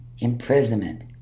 imprisonment